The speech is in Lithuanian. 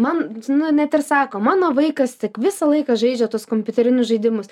man na net ir sako mano vaikas tik visą laiką žaidžia tuos kompiuterinius žaidimus